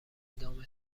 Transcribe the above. ادامه